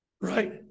Right